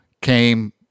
came